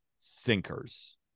sinkers